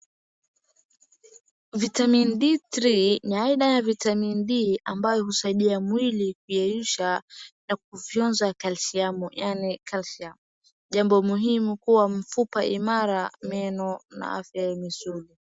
Vitamini D3 ni aina ya Vitamin D ambayo huasaidia mwili kuyeyusha na kufyonza kalshiamu yani calcium .Jambo muhimu kuwa mfupa imara, meno, afya ya misuli.